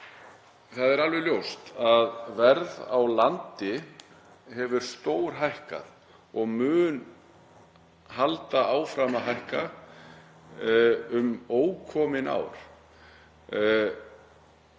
Það er alveg ljóst að verð á landi hefur stórhækkað og mun halda áfram að hækka um ókomin ár.